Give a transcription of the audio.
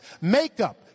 Makeup